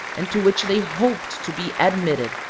and to which they hoped to be admitted,